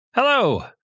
Hello